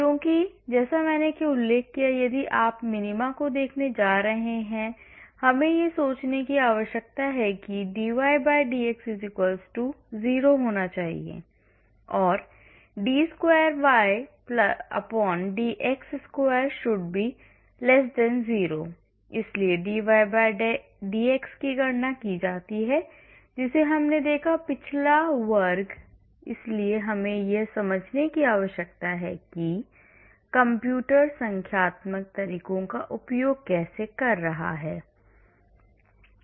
क्योंकि जैसे मैंने उल्लेख किया है कि यदि आप मिनीमा को देखने जा रहे हैं तो हमें यह सोचने की आवश्यकता है कि dydx 0 होना चाहिए और डीd square yd x square should be 0 इसलिए dydx की गणना की जाती है जिसे हमने देखा पिछला वर्गइसलिए हमें यह समझने की आवश्यकता है कि कंप्यूटर संख्यात्मक तकनीकों का उपयोग कैसे कर रहा है